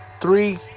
three